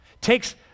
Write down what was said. takes